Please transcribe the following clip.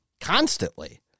constantly